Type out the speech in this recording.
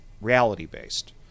reality-based